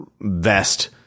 Vest